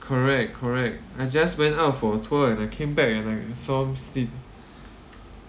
correct correct I just went out for a tour and I came back and I saw him sleep